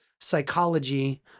psychology